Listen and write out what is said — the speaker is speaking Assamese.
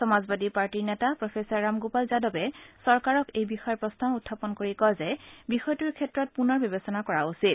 সমাজবাদী পাৰ্টীৰ নেতা প্ৰফেচাৰ ৰামগোপাল যাদৱে চৰকাৰক এই বিষয়ে প্ৰশ্ন উত্থাপন কৰি কয় যে বিষয়টোৰ ক্ষেত্ৰত পুনৰ বিবেচনা কৰা উচিত